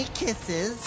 kisses